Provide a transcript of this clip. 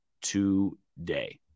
today